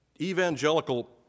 evangelical